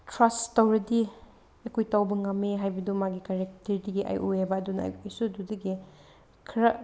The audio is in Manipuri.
ꯇ꯭ꯔꯁ ꯇꯧꯔꯗꯤ ꯑꯩꯈꯣꯏ ꯇꯧꯕ ꯉꯝꯃꯤ ꯍꯥꯏꯕꯗꯨꯃ ꯃꯥꯒꯤ ꯀꯔꯦꯛꯇꯔꯗꯗꯤ ꯑꯩ ꯎꯏꯌꯦꯕ ꯑꯗꯨꯅ ꯑꯩꯈꯣꯏꯁꯨ ꯑꯗꯨꯗꯒꯤ ꯈꯔ